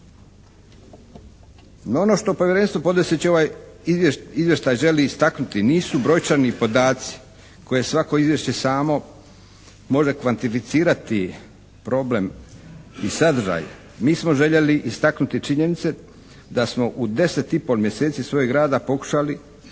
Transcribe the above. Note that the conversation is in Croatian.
ono što Povjerenstvo podnoseći ovaj izvještaj želi istaknuti nisu brojčani podaci koje svako izvješće samo može kvantificirati problem i sadržaj. Mi smo željeli istaknuti činjenice da smo u 10 i pol mjeseci svojeg rada pokušali,